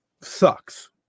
sucks